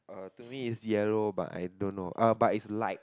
uh to me it's yellow but I don't know uh but it's light